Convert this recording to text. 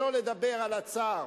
שלא לדבר על הצער.